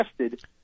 tested